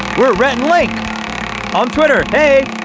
we're rhettandlink on twitter, hey!